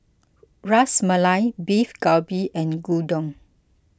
Ras Malai Beef Galbi and Gyudon